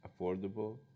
affordable